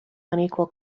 unequal